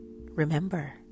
Remember